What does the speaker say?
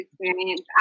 experience